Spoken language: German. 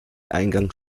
eingangs